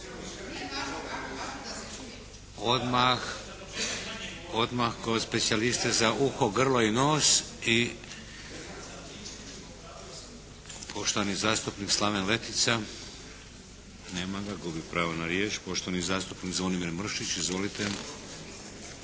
… Odmah kod specijaliste za uho, grlo, nos. Poštovani zastupnik Slaven Letica. Nema ga. Gubi pravo na riječ. Poštovani zastupnik Zvonimir Mršić. Izvolite.